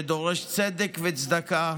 שדורש צדק וצדקה